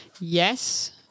yes